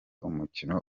umukino